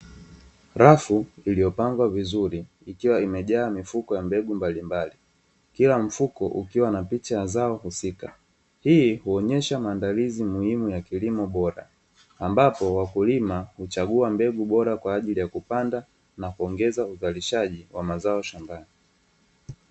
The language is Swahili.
Rafu iliyopangwa vizuri, ikiwa imejaa mifuko mbalimbali, kila mfuko ukiwa na picha ya zao husika. Hii huonyesha maandalizi muhimu ya kilimo bora, ambapo wakulima huchagua mbegu bora kwa ajili ya kupanda na kuongeza uzalishaji wa mazao shambani.